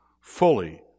fully